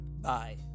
Bye